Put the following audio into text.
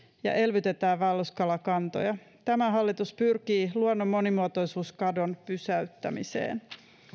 ja elvytetään vaelluskalakantoja tämä hallitus pyrkii luonnon monimuotoisuuskadon pysäyttämiseen